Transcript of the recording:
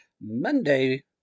Monday